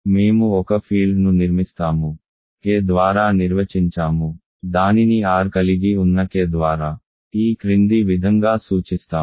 మేము ఒక ఫీల్డ్ను నిర్మిస్తాము K ద్వారా నిర్వచించాము దానిని R కలిగి ఉన్న K ద్వారా ఈ క్రింది విధంగా సూచిస్తాము